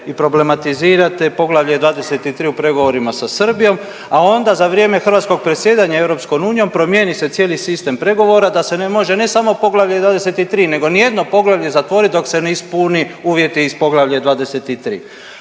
i problematizirate Poglavlje 23 u pregovorima sa Srbijom, a onda za vrijeme hrvatskog predsjedanja EU-om promijeni se cijeli sistem pregovora da se ne može, ne samo Poglavlje 23 nego nijedno poglavlje zatvoriti dok se ne ispuni uvjeti iz Poglavlja 23.